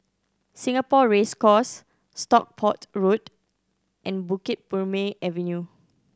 Singapore Race Course Stockport Road and Bukit Purmei Avenue